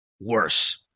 worse